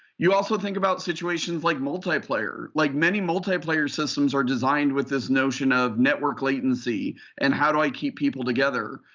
you also think about situations like multiplayer. like many multiplayer systems are designed with this notion of network latency and how i keep people together.